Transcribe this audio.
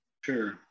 sure